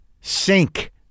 sink